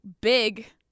big